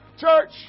Church